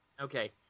Okay